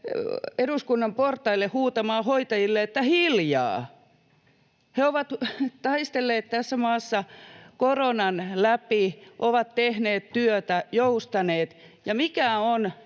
eduskunnan portaille huutamaan hoitajille, että ”hiljaa”. He ovat taistelleet tässä maassa koronan läpi, ovat tehneet työtä, joustaneet — ja mikä on